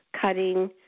cutting